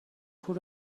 پول